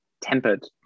tempered